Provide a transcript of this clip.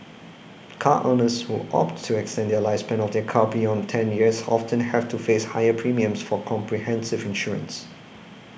car owners who opt to extend the lifespan of their car beyond ten years often have to face higher premiums for comprehensive insurance